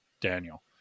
daniel